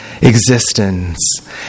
existence